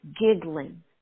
giggling